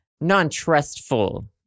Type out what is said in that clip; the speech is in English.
Non-trustful